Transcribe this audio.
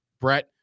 Brett